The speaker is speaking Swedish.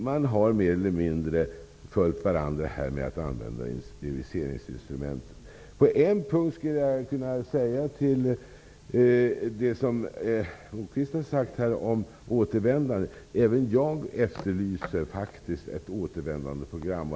Man har mer eller mindre följt varandras exempel och använt viseringsinstrumentet. Moquist talade om återvändandet. Även jag efterlyser faktiskt ett återvändandeprogram.